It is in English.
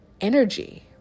energy